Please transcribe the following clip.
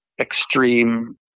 extreme